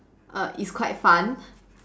uh it's quite fun